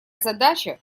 задача